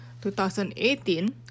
2018